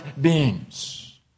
beings